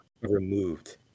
removed